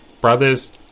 brothers